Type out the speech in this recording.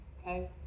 Okay